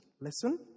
listen